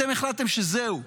אתם החלטתם שזהו,